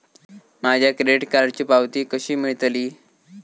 माझ्या क्रेडीट कार्डची पावती कशी मिळतली?